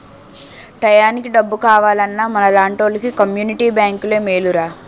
టయానికి డబ్బు కావాలన్నా మనలాంటోలికి కమ్మునిటీ బేంకులే మేలురా